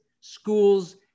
schools